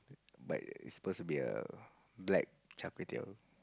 but it's suppose to be a black char-kway-teow